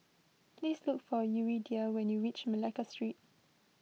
please look for Yuridia when you reach Malacca Street